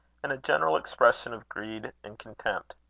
and a general expression of greed and contempt.